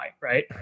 right